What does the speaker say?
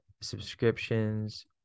subscriptions